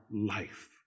life